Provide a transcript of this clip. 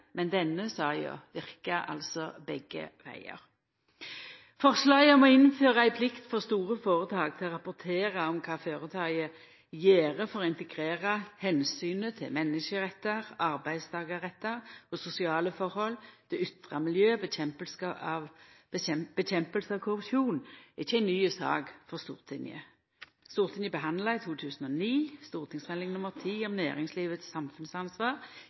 men denne saka verkar altså begge vegar. Forslaget om å innføra ei plikt for store føretak til å rapportera om kva føretaket gjer for å integrera omsynet til menneskerettar, arbeidstakarrettar og sosiale forhold, det ytre miljøet og kampen mot korrupsjon, er ikkje ei ny sak for Stortinget. Stortinget behandla i 2009 St.meld. nr. 10 for 2008–2009 om næringslivets samfunnsansvar